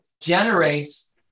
generates